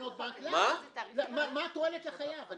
--- מה התועלת לחייב?